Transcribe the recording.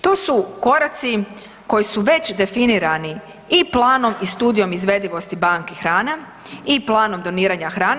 To su koraci koji su već definirani i planom i studijom izvedivosti banki hrana i planom doniranja hrane.